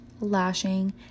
lashing